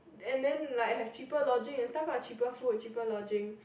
and then like have cheaper lodging and stuffs lah cheaper food cheaper lodging